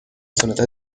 sonata